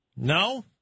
No